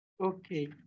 Okay